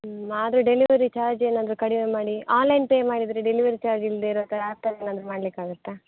ಆದರೆ delivery charge ಏನಾದರೂ ಕಡಿಮೆ ಮಾಡಿ ಆನ್ಲೈನ್ ಪೇ ಮಾಡಿದರೆ ಡೆಲಿವರಿ ಚಾರ್ಜ್ ಇಲ್ಲದೇ ಇರಕ್ಕೆ ಆ ಥರ ಏನಾದರೂ ಮಾಡಲಿಕ್ಕಾಗತ್ತಾ